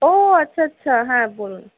ও আচ্ছা আচ্ছা হ্যাঁ বলুন